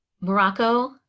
morocco